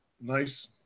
nice